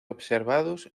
observados